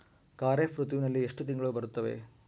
ಖಾರೇಫ್ ಋತುವಿನಲ್ಲಿ ಎಷ್ಟು ತಿಂಗಳು ಬರುತ್ತವೆ?